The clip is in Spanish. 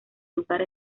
lugar